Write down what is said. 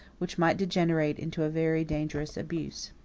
which might degenerate into a very dangerous abuse.